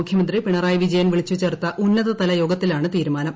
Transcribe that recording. മുഖ്യമന്ത്രി പിണറായി വിജയൻ വിളിച്ചുചേർത്ത ഉന്നതതല യോഗത്തിലാണ് തീരുമാനം